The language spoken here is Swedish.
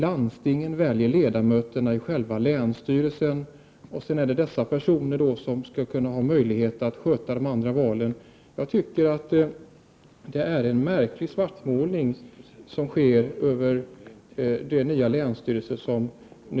Landstingen väljer ledamöter i länsstyrelsens styrelse, och sedan är det dessa personer som skall sköta de andra valen.